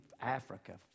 Africa